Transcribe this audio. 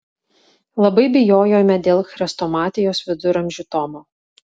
labai bijojome dėl chrestomatijos viduramžių tomo